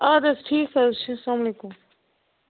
اَدٕ حظ ٹھیٖک حظ چھِ سلام علیکُم